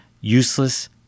Useless